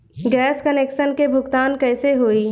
Gas connection के भुगतान कैसे होइ?